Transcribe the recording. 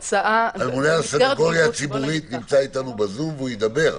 הממונה על הסנגוריה הציבורית נמצא איתנו בזום והוא ידבר.